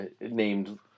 named